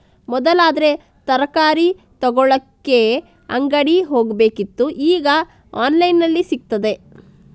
ಮೊದಲಾದ್ರೆ ತರಕಾರಿ ತಗೊಳ್ಳಿಕ್ಕೆ ಅಂಗಡಿಗೆ ಹೋಗ್ಬೇಕಿತ್ತು ಈಗ ಆನ್ಲೈನಿನಲ್ಲಿ ಸಿಗ್ತದೆ